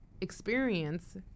experience